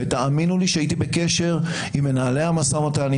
ותאמינו לי שהייתי בקשר עם מנהלי המשא-ומתן,